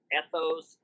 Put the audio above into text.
ethos